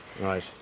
Right